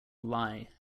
lie